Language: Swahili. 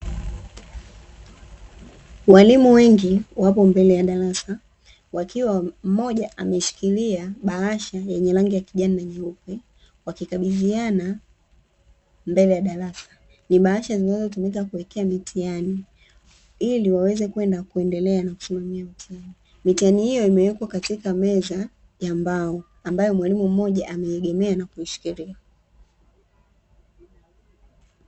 Walimu wengi wapo mbele ya darasa wakiwa mmoja ameshikilia bahasha yenye rangi ya kijani na nyeupe, wakikabidhiana mbele ya darasa ni bahasha zinazotumika kuekea mitihani ili waweze kwenda kuendelea na kusimamia, mitihani hiyo imewekwa katika meza ya mbao ambayo mwalimu mmoja ameegemea.